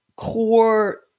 core